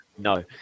No